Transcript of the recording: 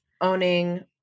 owning